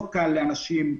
לא קל לאנשים,